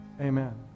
Amen